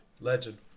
Legend